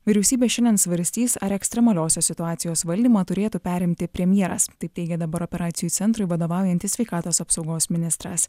vyriausybė šiandien svarstys ar ekstremaliosios situacijos valdymą turėtų perimti premjeras taip teigė dabar operacijų centrui vadovaujantis sveikatos apsaugos ministras